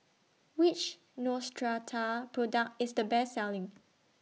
Which Neostrata Product IS The Best Selling